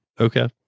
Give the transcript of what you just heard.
okay